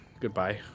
Goodbye